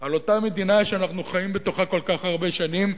על אותה מדינה שאנחנו חיים בתוכה כל כך הרבה שנים,